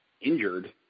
injured